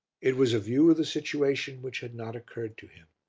it was a view of the situation which had not occurred to him.